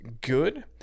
good